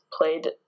played